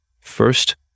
First